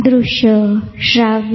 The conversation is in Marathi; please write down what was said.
दृश्यश्राव्य